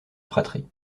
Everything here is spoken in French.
fratrie